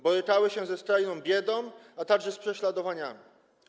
Borykały się ze skrajną biedą, a także z prześladowaniami.